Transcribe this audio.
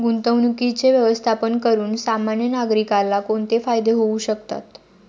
गुंतवणुकीचे व्यवस्थापन करून सामान्य नागरिकाला कोणते फायदे होऊ शकतात?